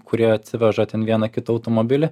kurie atsiveža ten vieną kitą automobilį